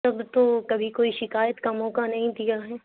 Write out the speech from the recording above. تب تو کبھی کوئی شکایت کا موقع نہیں دیا ہے